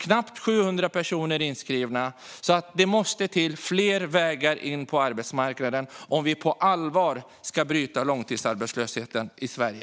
Knappt 700 personer är inskrivna. Det måste alltså till fler vägar in på arbetsmarknaden om vi på allvar ska bryta långtidsarbetslösheten i Sverige.